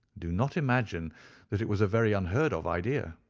do not imagine that it was a very unheard of idea.